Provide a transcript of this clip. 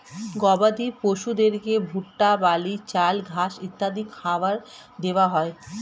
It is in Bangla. গবাদি পশুদেরকে ভুট্টা, বার্লি, চাল, ঘাস ইত্যাদি খাবার দেওয়া হয়